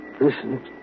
Listen